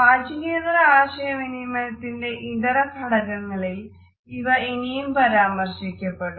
വാചികേതര ആശയവിനിമയത്തിന്റെ ഇതരഘടകങ്ങളിൽ ഇവ ഇനിയും പരാമർശിക്കപ്പടും